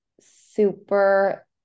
super